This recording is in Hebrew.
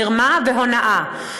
מרמה והונאה.